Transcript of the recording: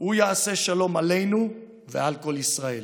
הוא יעשה שלום עלינו ועל כל ישראל